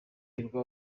hirwa